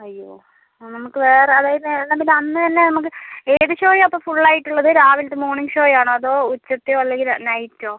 അയ്യോ ആ നമുക്ക് വേറെ അതായത് എന്നാൽ പിന്നെ അന്ന് തന്നെ നമുക്ക് ഏത് ഷോ ആണ് അപ്പം ഫുൾ ആയിട്ട് ഉള്ളത് രാവിലത്തെ മോർണിംഗ് ഷോ ആണോ അതോ ഉച്ചത്തെയോ അല്ലെങ്കിൽ നൈറ്റോ